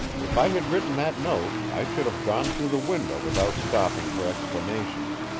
if i had written that note i should have gone through the window without stopping for explanations.